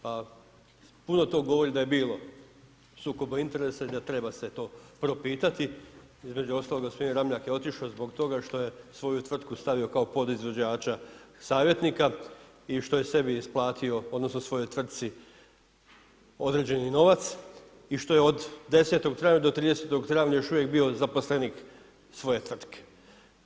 Pa puno toga govori da je bilo sukoba interesa i da treba se to propitati, između ostalog … Ramljak je otišao zbog toga što je svoju tvrtku stavio kao podizvođača savjetnika i što je sebi isplatio, odnosno, svojoj tvrtki određeni novac i što je od 10. travanja, do 30. travnja još uvijek bio zaposlenik svoje tvrtke.